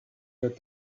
that